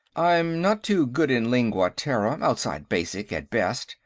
i'm not too good in lingua terra, outside basic, at best,